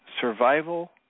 Survival